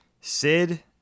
Sid